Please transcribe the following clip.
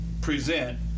present